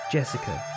Jessica